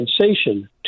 sensation